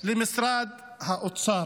למשרד האוצר.